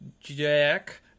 Jack